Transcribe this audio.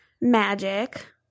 Magic